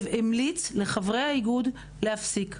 המליץ לחברי האיגוד להפסיק.